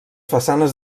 façanes